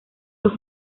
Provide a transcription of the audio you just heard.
los